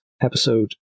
episode